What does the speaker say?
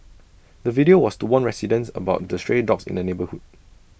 the video was to warn residents about the stray dogs in the neighbourhood